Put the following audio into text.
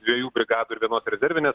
dviejų brigadų ir vienos rezervinės